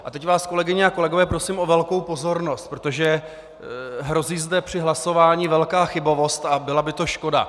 A teď vás, kolegyně a kolegové, prosím o velkou pozornost, protože hrozí zde při hlasování velká chybovost a byla by to škoda.